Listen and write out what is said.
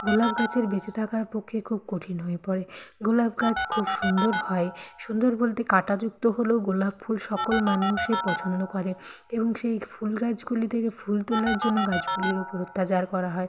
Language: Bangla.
গোলাপ গাছের বেঁচে থাকার পক্ষেই খুব কঠিন হয়ে পড়ে গোলাপ গাছ খুব সুন্দর হয় সুন্দর বলতে কাঁটাযুক্ত হলেও গোলাপ ফুল সকল মানুষই পছন্দ করে এবং সেই ফুলগাছগুলি থেকে ফুল তোলার জন্য গাছগুলির ওপর অত্যাচার করা হয়